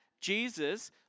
Jesus